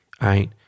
right